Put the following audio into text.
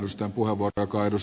arvoisa puhemies